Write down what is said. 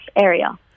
area